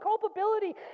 culpability